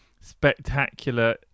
spectacular